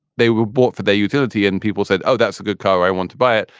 they were bought for their utility and people said, oh, that's a good car. i want to buy it.